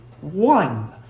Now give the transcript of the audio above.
one